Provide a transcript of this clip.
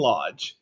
Lodge